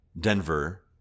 Denver